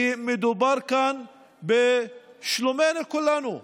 כי מדובר כאן בשלומנו כולנו.